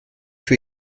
für